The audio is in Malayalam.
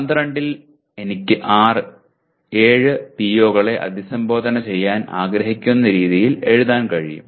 12 ൽ എനിക്ക് 6 7 PO കളെ അഭിസംബോധന ചെയ്യാൻ ആഗ്രഹിക്കുന്ന രീതിയിൽ എഴുതാൻ കഴിയും